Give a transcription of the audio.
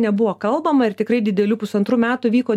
nebuvo kalbama ir tikrai dideliu pusantrų metų vyko